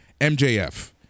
MJF